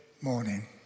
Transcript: morning